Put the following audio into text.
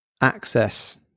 access